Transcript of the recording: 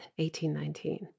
1819